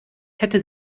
hätte